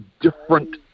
different